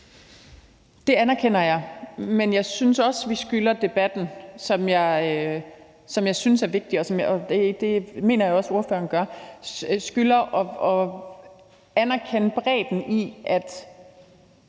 Det anerkender jeg, men jeg synes også, vi skylder debatten, som jeg synes er vigtig – og det mener jeg også at ordføreren gør – at anerkende bredden i, at